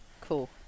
Cool